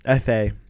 FA